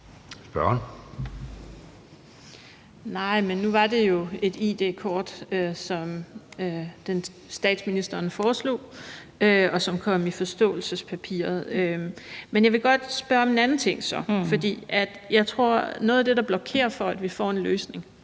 (SF): Nej, men nu var det jo et id-kort, som statsministeren foreslog, og som kom i forståelsespapiret. Så vil jeg godt spørge om en anden ting, for jeg tror, at noget af det, der blokerer for, at vi får en løsning,